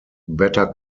better